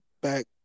back